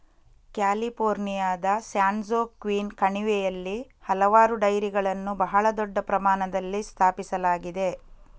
ಕ್ಯಾಲಿಫೋರ್ನಿಯಾದ ಸ್ಯಾನ್ಜೋಕ್ವಿನ್ ಕಣಿವೆಯಲ್ಲಿ ಹಲವಾರು ಡೈರಿಗಳನ್ನು ಬಹಳ ದೊಡ್ಡ ಪ್ರಮಾಣದಲ್ಲಿ ಸ್ಥಾಪಿಸಲಾಗಿದೆ